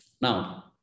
Now